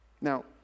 Now